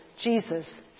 Jesus